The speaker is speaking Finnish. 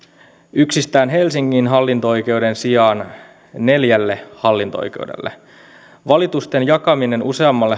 yhden helsingin hallinto oikeuden sijaan neljälle hallinto oikeudelle valitusten jakaminen useammalle